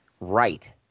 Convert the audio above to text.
right